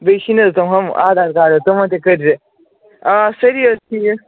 بیٚیہِ چھِنہٕ حظ تِم ہُم آدھار کارڈ تِمَن تہِ کٔرۍ زِ آ سٲری حظ ٹھیٖک